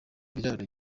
biraro